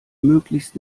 möglichst